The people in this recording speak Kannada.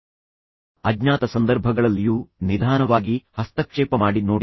ಆದ್ದರಿಂದ ನಾನು ಹೇಳಲು ಬಯಸುವುದು ಅಜ್ಞಾತ ಸಂದರ್ಭಗಳಲ್ಲಿಯೂ ಸಹ ನಿಧಾನವಾಗಿ ಹಸ್ತಕ್ಷೇಪ ಮಾಡಿ ನೋಡಿ